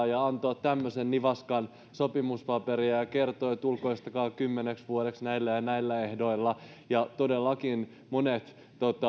ja antoivat tämmöisen nivaskan sopimuspapereita ja kertoivat että ulkoistakaa kymmeneksi vuodeksi näillä ja näillä ehdoilla ja todellakin monet